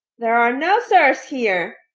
there are no sirs here!